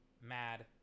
mad